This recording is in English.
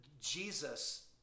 Jesus